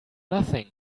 nothing